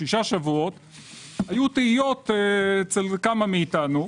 היו תהיות אצל כמה מאתנו.